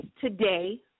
today